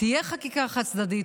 תהיה חקיקה חד-צדדית,